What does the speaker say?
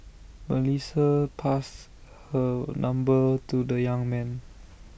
Melissa passed her number to the young man